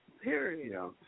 Period